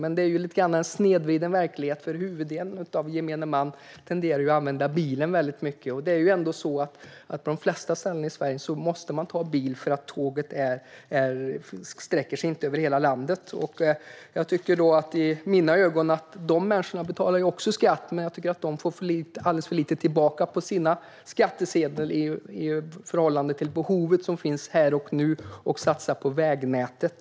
Men det är en lite snedvriden verklighet, för huvuddelen av gemene man tenderar att använda bilen väldigt mycket. På de flesta ställen i Sverige måste man ändå använda bil, eftersom tågnätet inte sträcker sig över hela landet. Dessa människor betalar ju också skatt, och i mina ögon får de tillbaka alldeles för lite på sin skattsedel i förhållande till det behov som finns här och nu. Vi måste satsa på vägnätet.